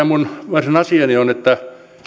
minun varsinainen asiani on että kyllä